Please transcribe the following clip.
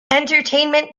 entertainment